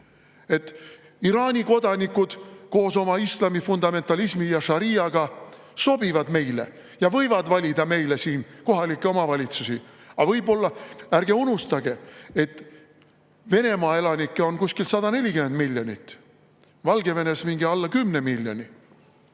Iraani kodanikud koos oma islami fundamentalismi ja šariaadiga sobivad meile ja võivad valida meil siin kohalikke omavalitsusi. Ärge unustage, et Venemaa elanikke on kuskil 140 miljonit, Valgevenes alla 10 miljoni,